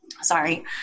Sorry